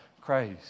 Christ